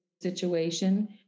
situation